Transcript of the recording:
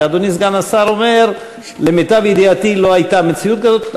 ואדוני סגן השר אומר: למיטב ידיעתי לא הייתה מציאות כזאת,